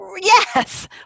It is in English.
yes